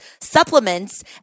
supplements